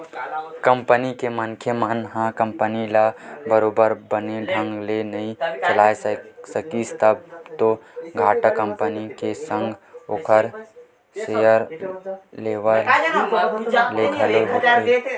company के मनखे मन ह कंपनी ल बरोबर बने ढंग ले नइ चलाय सकिस तब तो घाटा कंपनी के संग ओखर सेयर लेवाल ल घलो होथे